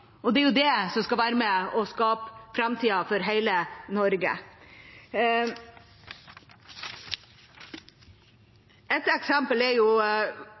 verdiskaping. Det er jo det som skal være med å skape framtida for hele Norge. Et eksempel er